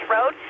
Road